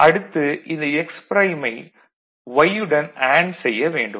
அடுத்து இந்த x ப்ரைமை y உடன் அண்டு செய்ய வேண்டும்